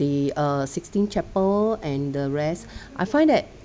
the uh sistine chapel and the rest I find that